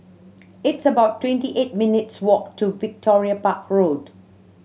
it's about twenty eight minutes' walk to Victoria Park Road